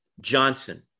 Johnson